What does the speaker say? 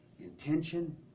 Intention